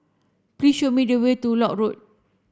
please show me the way to Lock Road